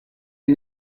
you